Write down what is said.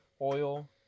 oil